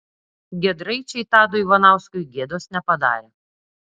giedraičiai tadui ivanauskui gėdos nepadarė